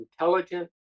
intelligent